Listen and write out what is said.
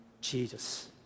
Jesus